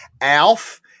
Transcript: Alf